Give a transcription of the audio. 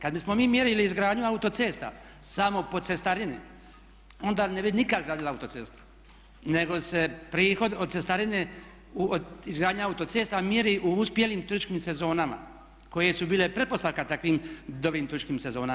Kada bismo mi mjerili izgradnju autocesta samo po cestarini onda ne bi nikada gradili autoceste nego se prihod od cestarine, od izgradnja autocesta mjeri u uspjelim turističkim sezonama koje su bile pretpostavka takvim dobrim turističkim sezonama.